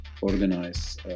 organize